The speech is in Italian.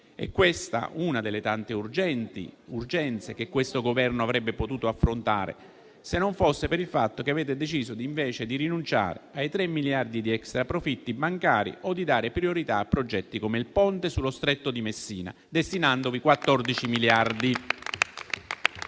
È questa una delle tante urgenze che questo Governo avrebbe potuto affrontare, se non fosse per il fatto che avete deciso invece di rinunciare ai tre miliardi di extraprofitti bancari o di dare priorità a progetti come il ponte sullo Stretto di Messina, destinandovi 14 miliardi.